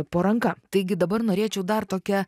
po ranka taigi dabar norėčiau dar tokią